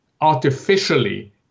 artificially